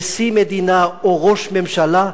נשיא מדינה או ראש ממשלה,